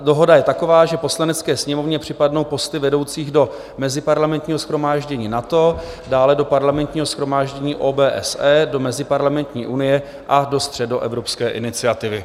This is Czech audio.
Dohoda je taková, že Poslanecké sněmovně připadnou posty vedoucích do Meziparlamentního shromáždění NATO, dále do Parlamentního shromáždění OBSE, do Meziparlamentní unie a do Středoevropské iniciativy.